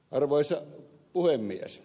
arvoisa puhemies